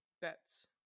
Bets